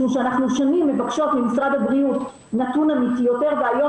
משום ששנים אנחנו מבקשים ממשרד הבריאות נתון אמיתי יותר והיום